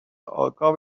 آگاه